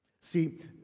See